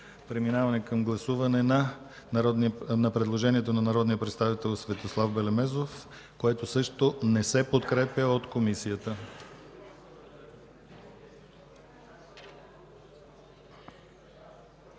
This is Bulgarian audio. Подлагам на гласуване предложението на народния представител Светослав Белемезов, което също не е подкрепено от Комисията.